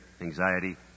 anxiety